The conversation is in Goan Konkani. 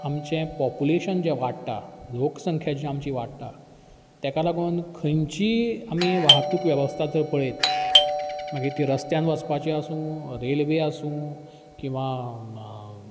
आमचें पोप्युलेशन जें वाडटा लोकसंख्या जी आमची वाडटा तेका लागोन खंयचीय वाहतूक वेवस्था जर पळयत मागीर ती रस्त्यान वचपाची आसूं रेल्वे आसूं किंवां